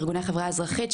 ארגוני חברה אזרחית,